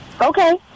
Okay